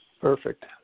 Perfect